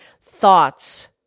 thoughts